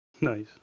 Nice